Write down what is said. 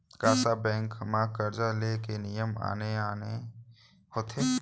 का सब बैंक म करजा ले के नियम आने आने होथे?